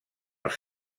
els